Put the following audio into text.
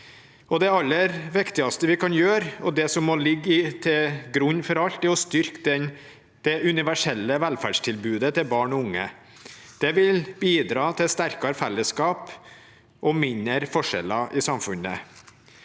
Det aller viktigste vi kan gjøre, og det som må ligge til grunn for alt, er å styrke det universelle velferdstilbudet til barn og unge. Det vil bidra til sterkere fellesskap og mindre forskjeller i samfunnet.